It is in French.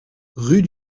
rue